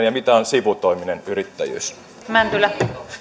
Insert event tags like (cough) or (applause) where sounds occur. (unintelligible) ja mitä on sivutoiminen yrittäjyys